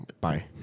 Bye